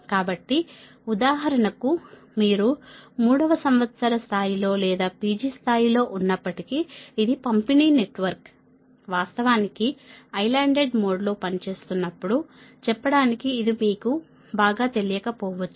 కాబట్టి ఉదాహరణకు మీరు 3 వ సంవత్సర స్థాయిలో లేదా PG స్థాయిలో ఉన్నప్పటికీ ఇది పంపిణీ నెట్వర్క్ వాస్తవానికి ఐలాండెడ్ మోడ్లో పనిచేస్తున్నప్పుడు చెప్పడానికి ఇది మీకు బాగా తెలియకపోవచ్చు